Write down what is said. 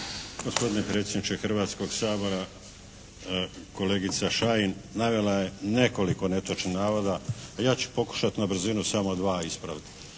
Gospodine predsjedniče Hrvatskoga sabora, kolegica Šain navela je nekoliko netočnih navoda, pa ja ću pokušati na brzinu samo dva ispraviti.